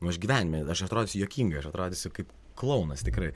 nu aš gyvenime aš atrodysiu juokingai aš atrodysiu kaip klounas tikrai